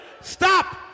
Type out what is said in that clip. Stop